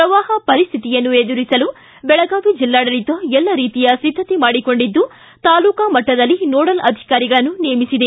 ಪ್ರವಾಪ ಪರಿಸ್ಥಿತಿಯನ್ನು ಎದುರಿಸಲು ಬೆಳಗಾವಿ ಜಿಲ್ಲಾಡಳಿತ ಎಲ್ಲ ರೀತಿಯ ಸಿದ್ದತೆ ಮಾಡಿಕೊಂಡಿದ್ದು ತಾಲೂಕಾ ಮಟ್ಟದಲ್ಲಿ ನೋಡಲ್ ಅಧಿಕಾರಿಗಳನ್ನು ನೇಮಕ ಮಾಡಲಾಗಿದೆ